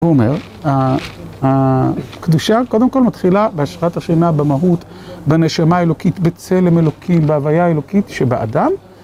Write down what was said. הוא אומר, הקדושה קודם כל מתחילה בהשראת השכינה, במהות, בנשמה האלוקית, בצלם אלוקים, בהוויה האלוקית שבאדם